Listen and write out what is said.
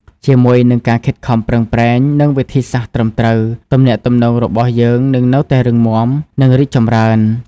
ជាមួយនឹងការខិតខំប្រឹងប្រែង និងវិធីសាស្រ្តត្រឹមត្រូវ ទំនាក់ទំនងរបស់យើងនឹងនៅតែរឹងមាំ និងរីកចម្រើន។